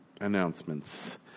Announcements